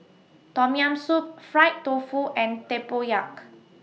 Tom Yam Soup Fried Tofu and Tempoyak